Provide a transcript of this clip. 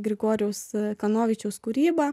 grigorijaus kanovičiaus kūrybą